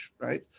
right